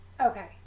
Okay